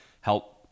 help